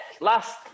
last